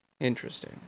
Interesting